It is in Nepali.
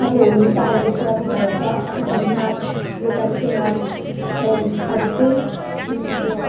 अब होली त अहिले चलिरहेछ कति मार्च यो पालि चाहिँ मार्च चौबिस आज चाहिँ जुन चाहिँ त्यो